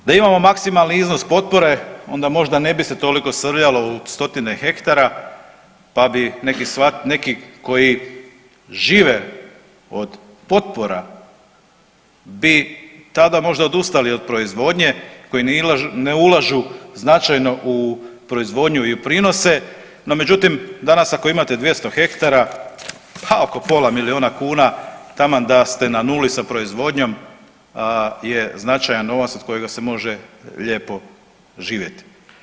Da imamo maksimalni iznos potpore onda ne bi se toliko srljalo u stotine hektara pa bi neki koji žive od potpora bi tada možda odustali od proizvodnje, koji ne ulažu značajno u proizvodnju i prinose, no međutim danas ako imate 200 hektara pa oko pola milijuna kuna taman da ste na nuli sa proizvodnjom je značajan novac od kojega se može lijepo živjeti.